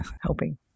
helping